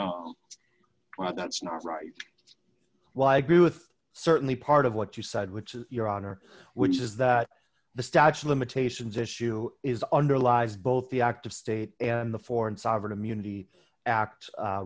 that's not right why agree with certainly part of what you said which is your honor which is that the statue of limitations issue is underlies both the active state and the foreign sovereign immunity act